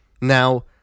Now